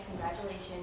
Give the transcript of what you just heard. Congratulations